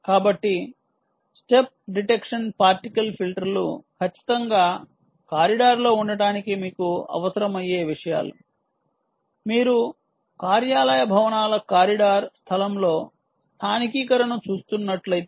కాబట్టి step detection particle ఫిల్టర్లు ఖచ్చితంగా కారిడార్లో ఉండటానికి మీకు అవసరమయ్యే విషయాలు మీరు కార్యాలయ భవనాల కారిడార్ స్థలంలో స్థానికీకరణను చూస్తున్నట్లయితే